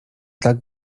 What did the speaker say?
tak